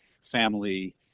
family